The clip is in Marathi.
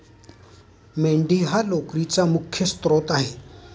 मेंढी हा लोकरीचा मुख्य स्त्रोत आहे